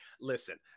Listen